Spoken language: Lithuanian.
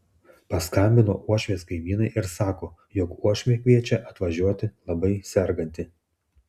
paskambino uošvės kaimynai ir sako jog uošvė kviečia atvažiuoti labai serganti